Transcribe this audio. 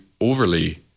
overly